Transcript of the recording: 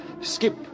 Skip